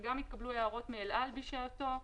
וגם התקבלו הערות מאל-על בשעתו.